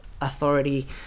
authority